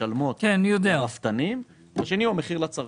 משלמות לרפתנים; השני הוא המחיר לצרכן.